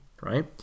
right